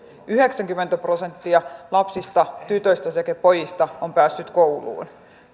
yhdeksänkymmentä prosenttia lapsista tytöistä sekä pojista on päässyt kouluun